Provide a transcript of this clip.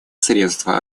средства